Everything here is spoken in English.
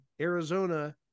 Arizona